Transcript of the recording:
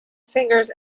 fingers